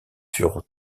furent